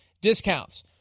discounts